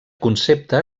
concepte